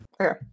Okay